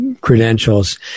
credentials